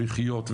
לחיות,